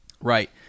Right